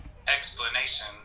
explanation